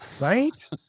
Right